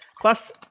plus